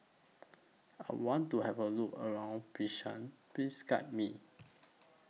I want to Have A Look around Bishkek Please Guide Me